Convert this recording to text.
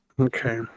Okay